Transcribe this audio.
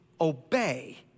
obey